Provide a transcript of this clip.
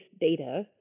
data